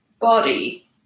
body